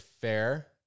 fair